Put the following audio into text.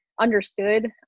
understood